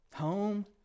Home